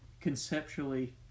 conceptually